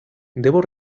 debo